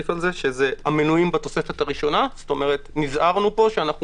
המנויים בתוספת הראשונה נזהרנו פה שאנחנו